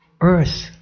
earth